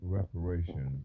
Reparation